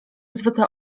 zwykle